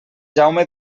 jaume